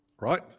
Right